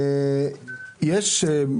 שאלה לאוצר.